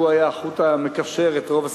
והוא היה החוט המקשר את רוב השיחות,